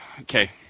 okay